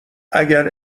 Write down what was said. اگر